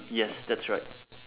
yes that's right